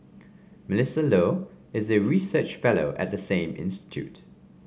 Melissa Low is a research fellow at the same institute